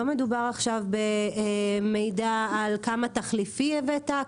לא מדובר עכשיו במידע על כמה תחליפי הבאת,